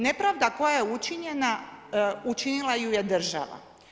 Nepravda koja je učinjena, učinila ju je država.